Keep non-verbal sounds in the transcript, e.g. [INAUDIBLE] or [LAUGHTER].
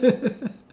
[LAUGHS]